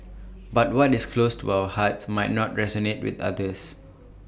but what is close to our hearts might not resonate with others